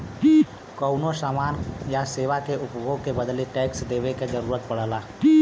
कउनो समान या सेवा के उपभोग के बदले टैक्स देवे क जरुरत पड़ला